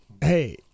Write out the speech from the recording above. hey